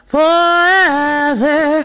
forever